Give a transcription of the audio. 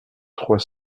trois